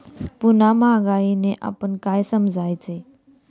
पुन्हा महागाईने आपण काय समजायचे?